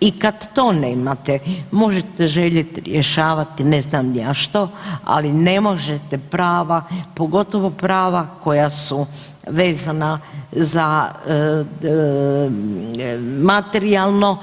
I kad to nemate možete željet rješavati ne zna ni ja što, ali ne možete prava, pogotovo prava koja su vezana za materijalno,